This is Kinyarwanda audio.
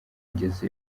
ngeze